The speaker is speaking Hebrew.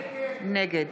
נגד